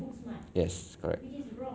yes correct